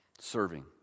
serving